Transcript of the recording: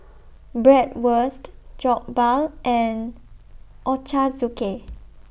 Bratwurst Jokbal and Ochazuke